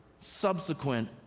subsequent